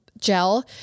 Gel